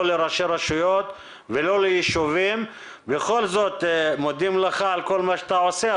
לא לראשי רשויות ולא ליישובים ובכל זאת מודים לך על כל מה שאתה עושה,